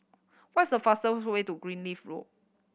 what's the fastest way to Greenleaf Road